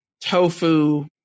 tofu